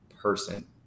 person